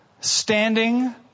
standing